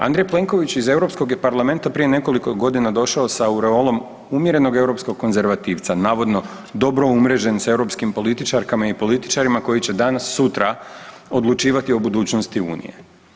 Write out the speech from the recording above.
Andrej Plenković iz Europskog je parlamenta prije nekoliko godina došao sa aureolom umjerenog europskom konzervativca, navodno dobro umrežen sa europskim političarkama i političarima koji će danas sutra odlučivati o budućnosti Unije.